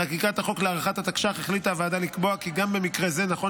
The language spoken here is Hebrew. בחקיקת החוק להארכת התקש"ח החליטה הוועדה לקבוע כי גם במקרה זה נכון